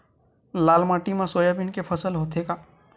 लाल माटी मा सोयाबीन के फसल होथे का?